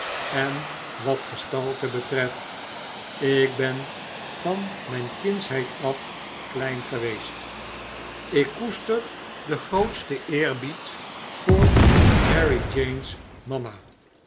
en wat gestalte betreft ik ben van mijn kindsheid af klein geweest ik koester den grootsten eerbied voor marie jane's mama